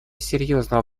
серьезного